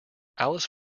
alice